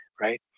right